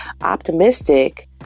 optimistic